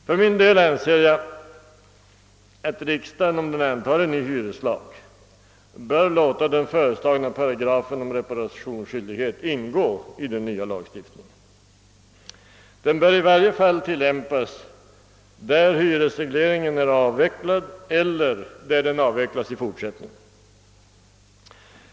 För min del anser jag att riksdagen, om den antar en ny hyreslag, bör låta den föreslagna paragrafen om reparationsskyldighet ingå i den nya lagstiftningen. Den bör i varje fall tillämpas där hyresregleringen är avvecklad och där den framdeles avvecklas.